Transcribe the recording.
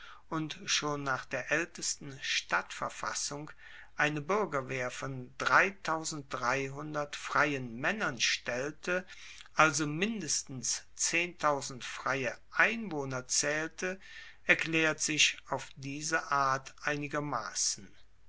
und schon nach der aeltesten stadtverfassung eine buergerwehr von freien maennern stellte also mindestens freie einwohner zaehlte erklaert sich auf diese art einigermassen